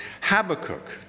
Habakkuk